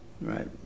right